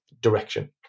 Direction